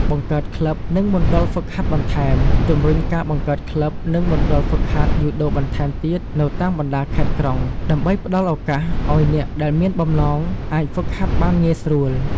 បង្កើតក្លិប និងមណ្ឌលហ្វឹកហាត់បន្ថែម ជំរុញការបង្កើតក្លិប និងមណ្ឌលហ្វឹកហាត់យូដូបន្ថែមទៀតនៅតាមបណ្តាខេត្តក្រុង ដើម្បីផ្តល់ឱកាសឲ្យអ្នកដែលមានបំណងអាចហ្វឹកហាត់បានងាយស្រួល ។